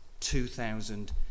2,000